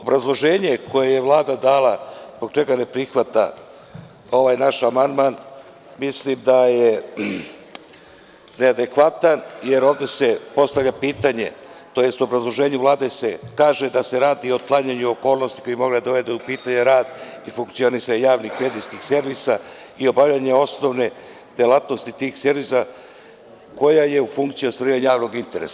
Obrazloženje koje je Vlada dala zbog čega ne prihvata ovaj naš amandman mislim da je neadekvatno jer ovde se postavlja pitanje, tj. u obrazloženju Vlade se kaže da se radi o otklanjanju okolnosti koja bi mogla da dovede u pitanje rad i funkcionisanje javnih medijskih servisa i obavljanja osnovne delatnosti tih servisa koja je u funkciji ostvarenja javnog interesa.